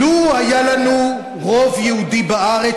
"לו היה לנו רוב יהודי בארץ",